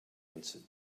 answered